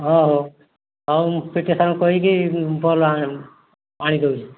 ହଁ ହେଉ ମୁଁ ପି ଟି ସାର୍ଙ୍କୁ କହିକି ବଲ୍ ଆଣିଦେଉଛି